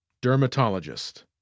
Dermatologist